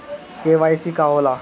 KYC का होला?